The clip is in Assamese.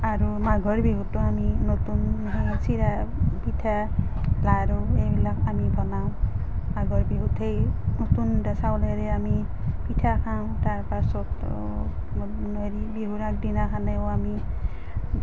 আৰু মাঘৰ বিহুতো আমি নতুন সেই চিৰা পিঠা লাড়ু এইবিলাক আমি বনাওঁ মাঘৰ বিহুত সেই নতুন চাউলেৰে আমি পিঠা খাওঁ তাৰ পাছত হেৰি বিহুৰ আগদিনাখনেও আমি